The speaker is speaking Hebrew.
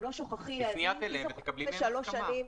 תפני את אליהם ותקבלי מהם הסכמה.